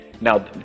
Now